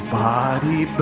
body